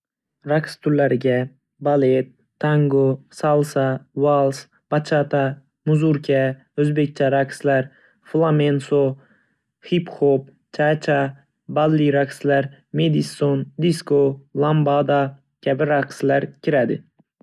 Raqs turlariga: Balet, tango, salsa, vals, bachata, muzurka, o‘zbekcha raqslar, flamenco, hip-hop, cha-cha, balli raqslar, madisson, disko, lambada kabi raqslar kiradi.